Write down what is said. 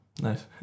Nice